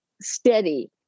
steady